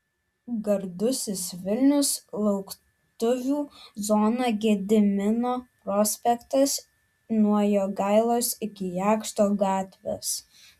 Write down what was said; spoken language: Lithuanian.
gardusis vilnius lauktuvių zona gedimino prospektas nuo jogailos iki jakšto gatvės